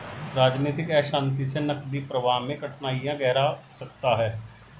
राजनीतिक अशांति से नकदी प्रवाह में कठिनाइयाँ गहरा सकता है